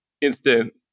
instant